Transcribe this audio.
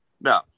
No